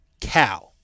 cow